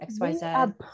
xyz